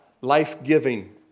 Life-giving